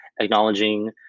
acknowledging